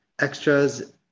Extras